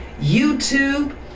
YouTube